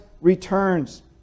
returns